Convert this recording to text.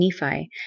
Nephi